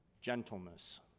gentleness